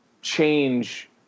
change